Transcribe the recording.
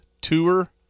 tour